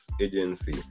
Agency